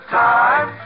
time